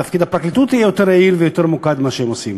ותפקוד הפרקליטות יהיה יותר יעיל ויותר ממוקד ממה שהם עושים.